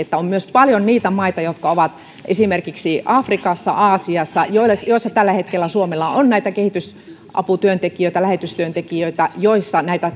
sillä on paljon myös niitä maita jotka ovat esimerkiksi afrikassa aasiassa joissa joissa tällä hetkellä suomella on kehitysaputyöntekijöitä lähetystyöntekijöitä joissa näitä